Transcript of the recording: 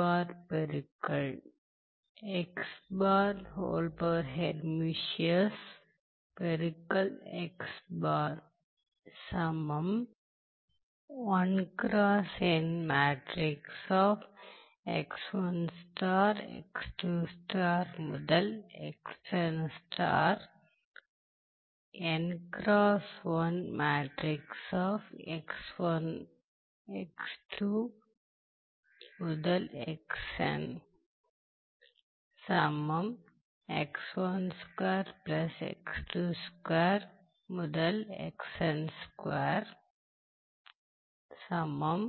பெருக்கல் ஆகும்